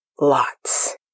Lots